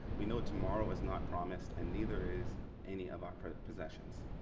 we know tomorrow is not promised and neither is any of our possessions.